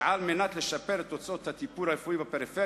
שכדי לשפר את תוצאות הטיפול הרפואי בפריפריה